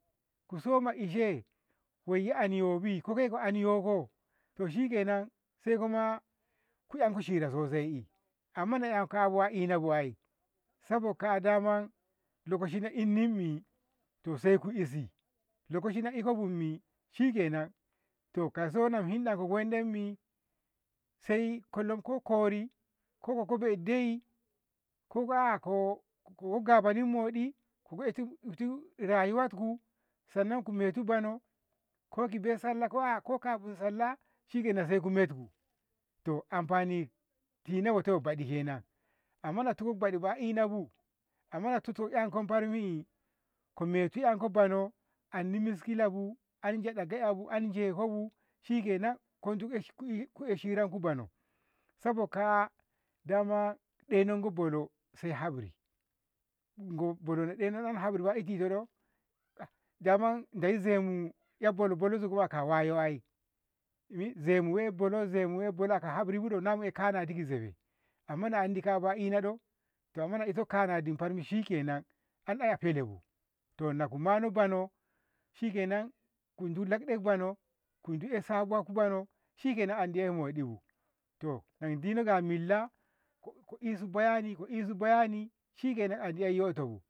ku soma ishe koiya ani yobi kokoi ani yoko to shikenan saiko ma ku 'yanko hira sosai amma na eh kaabu a inabu ai saboka daman lokashi inimmi to saiku izi, lokashi ikobummi shikenan toko soma hinɗa kogonnmmi saiko lamko kori ko koeh de'i ko aa ko gaboni modi ko eh tu eh tu rayuwa sannan ku metu bono koki bai sallah ko kabun sallah shikenan saiko metiko to amfani tina wotoki ɓeɗi kenan amma nako tuko ɓeɗi a inabu amma nako tiko barmi ko metu enko bono andi miskilbu anjeɗeka yabu anjekobu shikenan kodu ku eh ku eh hiranku bono sabo ka'a daman denotko bono sai haburi bono denoki haburi ba kiti lolo daman Dai zemu eh bolo bolo zugo aka wayo ai mi zemu we bolo zemu zemu we bolo aka haburi bido namu'eh kana kizaibu amma na andi ka'afa a e'nado amma na ito kanadi bammi shikenan aiya felebu to anku bono shikenan kude lekɗa bono ku'idi sallah ku a bono shikenan andi 'ya moɗibu to indina ga millah ko- ko'isu bayani shikenan andi eyyotobu.